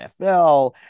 nfl